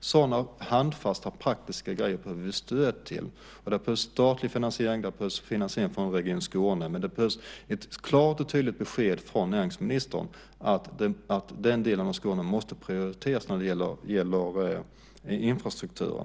Sådana handfasta praktiska grejer behöver vi stöd till. Det behövs statlig finansiering, och det behövs finansiering från Region Skåne, men det behövs också ett klart och tydligt besked från näringsministern att den delen av Skåne måste prioriteras när det gäller infrastrukturen.